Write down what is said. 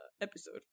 episode